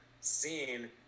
scene